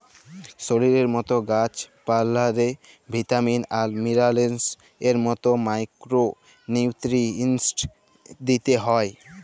শরীরের মত গাহাচ পালাল্লে ভিটামিল আর মিলারেলস এর মত মাইকোরো নিউটিরিএন্টস দিতে হ্যয়